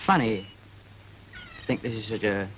funny i think this is